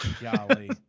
Golly